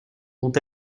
dont